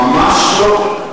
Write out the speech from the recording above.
ממש לא.